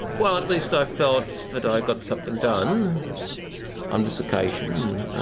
well, at least i felt that i got something done on this occasion.